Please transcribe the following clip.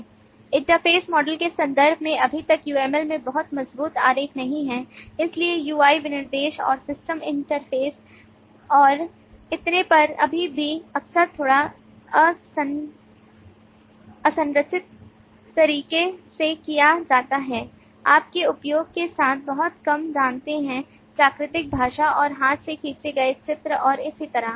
interface model के संदर्भ में अभी तक uml में बहुत मजबूत आरेख नहीं हैं इसलिए UI विनिर्देश और सिस्टम इंटरफेस और इतने पर अभी भी अक्सर थोड़ा असंरचित तरीके से किया जाता है आप के उपयोग के साथ बहुत कम जानते हैं प्राकृतिक भाषा और हाथ से खींची गये चित्र और इसी तरह